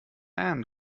and